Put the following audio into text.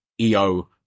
EO